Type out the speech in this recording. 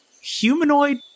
humanoid